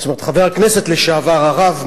חבר הכנסת לשעבר, הרב מלכיאור,